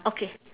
okay